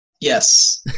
Yes